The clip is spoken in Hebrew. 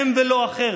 הם ולא אחר,